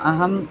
अहम्